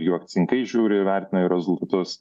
jų akcininkai žiūri ir vertina rezultatus